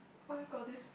oh my god this